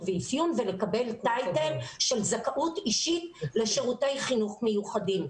ואפיון ולקבל טייטל של זכאות אישית לשירותי חינוך מיוחדים.